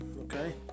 Okay